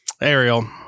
Ariel